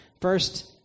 First